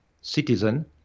citizen